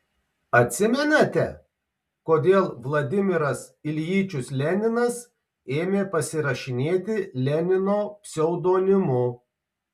atsimenate kodėl vladimiras iljičius leninas ėmė pasirašinėti lenino pseudonimu